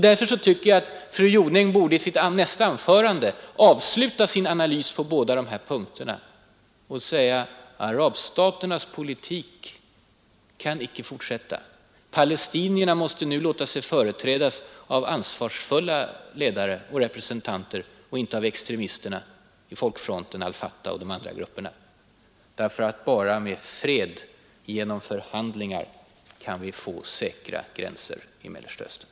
Därför tycker jag att fru Jonäng i sitt nästa anförande borde avsluta sin analys på de här punkterna med att säga att arabstaternas politik icke får fortsätta samt att palestinierna måste låta sig företrädas av ansvarsfulla ledare och inte av extremisterna i Folkfronten och al Fatah. Det är bara med fred genom förhandlingar som vi kan få säkra gränser i Mellersta Östern.